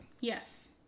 Yes